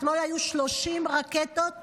אתמול היו 30 רקטות